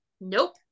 Nope